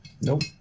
Nope